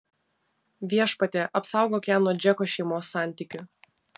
viešpatie apsaugok ją nuo džeko šeimos santykių